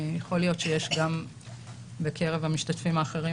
יכול להיות שיש גם בקרב המשתתפים האחרים